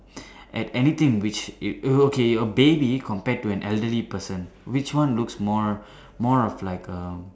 at anything which it okay your baby compared to an elderly person which one looks more more of like um